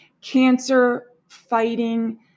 cancer-fighting